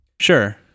Sure